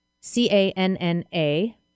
C-A-N-N-A